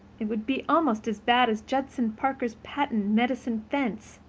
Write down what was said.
it would be almost as bad as judson parker's patent medicine fence.